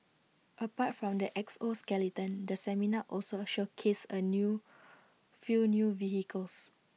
apart from the exoskeleton the seminar also showcased A new few new vehicles